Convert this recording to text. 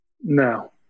No